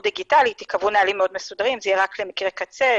דיגיטלית וייקבעו נהלים מאוד מסודרים וזה יהיה רק למקרי קצה.